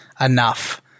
enough